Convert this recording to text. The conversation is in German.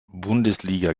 bundesliga